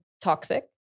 toxic